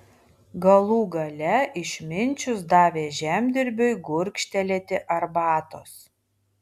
galų gale išminčius davė žemdirbiui gurkštelėti arbatos